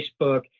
Facebook